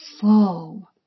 full